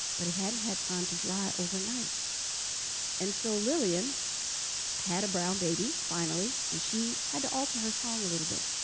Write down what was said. but it hadn't had time to dry overnight and so lillian had a brown baby finally and she had to alter her song a little bit.